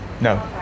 no